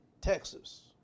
Texas